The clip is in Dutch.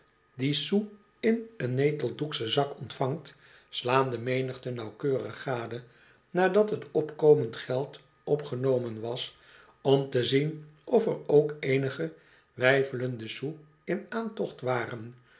in een neteldoekschon zak ontvangt slaan de menigte nauwkeurig gade nadat t opkomend geld opgenomen was om te zien of er ook eenige weifelende sous in aantocht waren